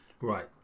right